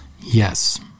Yes